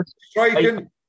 striking